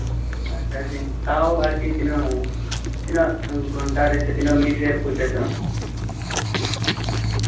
first charging ᱛᱟᱣ ᱟᱨᱠᱤ ᱛᱤᱟᱹᱜ